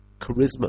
charisma